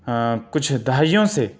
ہاں کچھ دہائیوں سے